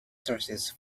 sources